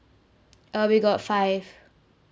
uh we got five